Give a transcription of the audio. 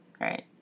Right